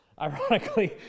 Ironically